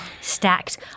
stacked